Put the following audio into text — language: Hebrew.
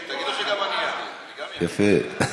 יפה.